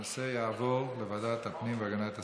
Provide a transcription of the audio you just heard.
הנושא יעבור לוועדת הפנים והגנת הסביבה.